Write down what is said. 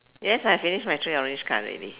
yes I finish my three orange card already